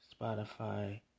Spotify